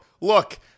look